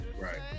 Right